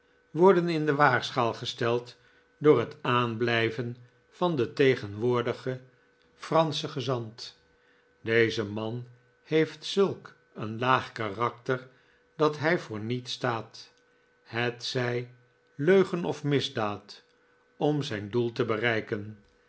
worden in de waagschaal gesteld door het aanblijven van den tegenwoordigen franschen gezant deze man heeft zulk een laag karakter dat hij voor niets staat hetzij leugen of misdaad om zijn doel te bereiken